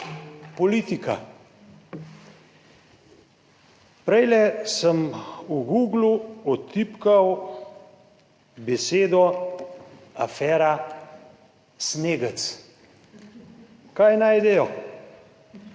politika. Prej sem v Googlu vtipkal besedo afera Snegec. Kaj najdejo?